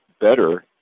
better